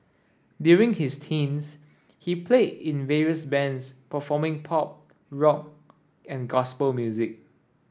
during his teens he played in various bands performing pop rock and gospel music